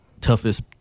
Toughest